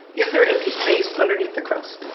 is there empty space underneath the crust?